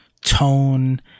tone